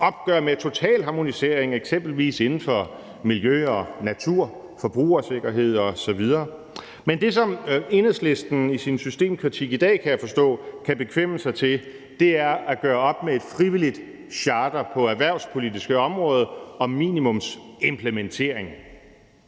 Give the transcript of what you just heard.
opgør med totalharmonisering, eksempelvis inden for miljø og natur, forbrugersikkerhed osv. Men det, som Enhedslisten i sin systemkritik i dag, kan jeg forstå, kan bekvemme sig til, er at gøre op med et frivilligt charter på det erhvervspolitiske område om minimumsimplementering.